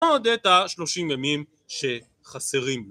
‫עוד את ה-30 ימים שחסרים לו.